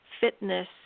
fitness